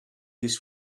this